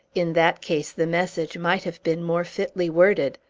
in that case, the message might have been more fitly worded.